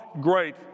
great